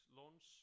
launch